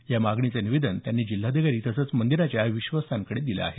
या मागणीचं निवेदन त्यांनी जिल्हाधिकारी तसंच मंदिराच्या विश्वस्तांकडे दिलं आहे